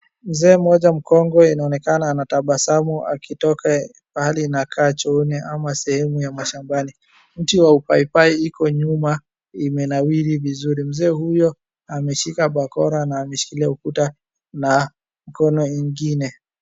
Mzee mmoja mkongwe inaonekana anatabasamu akitoka mahali inakaa chooni ama sehemu ya mashambani. Mti wa upaipai iko nyuma imenawiri vizuri. Mzee huyo ameshika bakora na ameshikilia ukuta na mkono ingine.